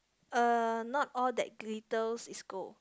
uh not all that glitters is gold